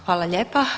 Hvala lijepa.